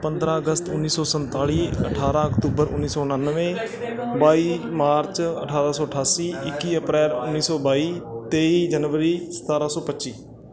ਪੰਦਰ੍ਹਾਂ ਅਗਸਤ ਉੱਨੀ ਸੌ ਸੰਤਾਲੀ ਅਠਾਰ੍ਹਾਂ ਅਕਤੂਬਰ ਉੱਨੀ ਸੌ ਉਣਾਨਵੇਂ ਬਾਈ ਮਾਰਚ ਅਠਾਰ੍ਹਾਂ ਸੌ ਅਠਾਸੀ ਇੱਕੀ ਅਪ੍ਰੈਲ ਉੱਨੀ ਸੌ ਬਾਈ ਤੇਈ ਜਨਵਰੀ ਸਤਾਰ੍ਹਾਂ ਸੌ ਪੱਚੀ